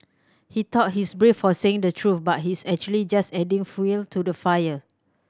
he thought he's brave for saying the truth but he's actually just adding fuel to the fire